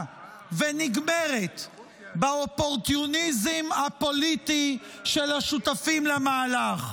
ונגמרת באופורטוניזם הפוליטי של השותפים למהלך.